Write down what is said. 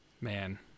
man